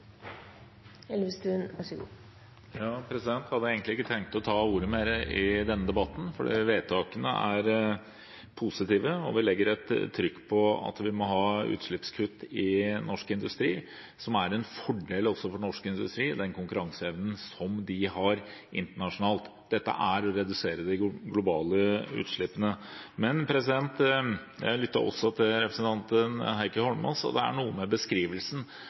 positive, og vi legger et trykk på at vi må ha utslippskutt i norsk industri, som er en fordel også for norsk industri og dens konkurranseevne internasjonalt. Dette er å redusere de globale utslippene. Men jeg lyttet også til representanten Heikki Eidsvoll Holmås, og det er noe med beskrivelsen